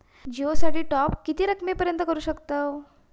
जिओ साठी टॉप किती रकमेपर्यंत करू शकतव?